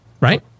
Right